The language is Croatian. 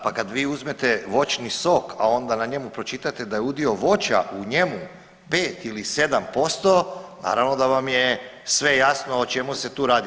Da, pa kad vi uzmete voćni sok, a onda na njemu pročitate da je udio voća u njemu 5 ili 7% naravno da vam je sve jasno o čemu se to radi.